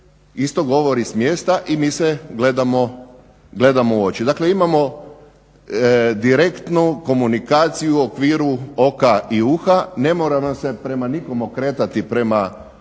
isto govori smjesta i mi se gledamo u oči. Dakle, imamo direktnu komunikaciju u okviru oka i uha, ne moramo se prema nikome okretati prema